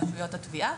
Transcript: רשויות התביעה,